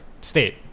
state